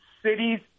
cities